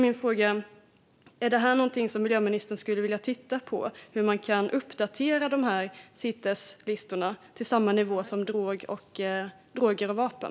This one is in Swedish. Min fråga är: Är detta någonting som miljöministern skulle vilja titta på, alltså hur man kan uppgradera Citeslistorna till samma nivå som droger och vapen?